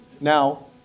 Now